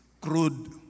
crude